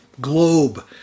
globe